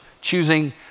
choosing